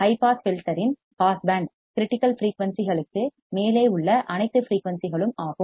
high pass filter இன் passband critical ஃபிரீயூன்சிகளுக்கு மேலே உள்ள அனைத்து ஃபிரீயூன்சிகளும் ஆகும்